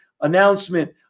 announcement